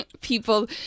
People